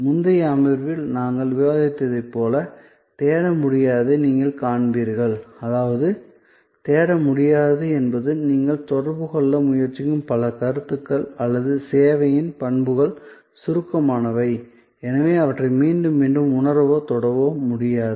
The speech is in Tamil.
முந்தைய அமர்வில் நாங்கள் விவாதித்ததைப் போல தேட முடியாததை நீங்கள் காண்பீர்கள் அதாவது தேட முடியாதது என்பது நீங்கள் தொடர்பு கொள்ள முயற்சிக்கும் பல கருத்துக்கள் அல்லது சேவையின் பண்புகள் சுருக்கமானவை எனவே அவற்றை மீண்டும் மீண்டும் உணரவோ தொடவோ முடியாது